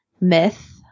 myth